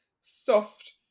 soft